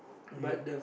okay